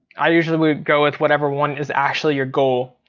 i usually will go with whatever one is actually your goal.